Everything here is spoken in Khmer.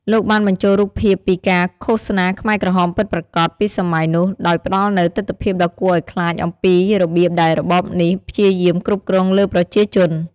លោកបានបញ្ចូលរូបភាពពីការ ឃោសនាខ្មែរក្រហមពិតប្រាកដ ពីសម័យនោះ ដោយផ្តល់នូវទិដ្ឋភាពដ៏គួរឱ្យខ្លាចអំពីរបៀបដែលរបបនេះព្យាយាមគ្រប់គ្រងលើប្រជាជន។